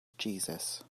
jesus